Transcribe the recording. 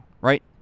right